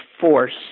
force